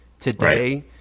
today